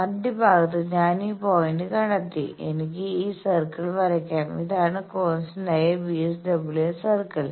മധ്യഭാഗത്ത് ഞാൻ ഈ പോയിന്റ് കണ്ടെത്തി എനിക്ക് ഈ സർക്കിൾ വരയ്ക്കാം ഇതാണ് കോൺസ്റ്റന്റായ VSWR സർക്കിൾ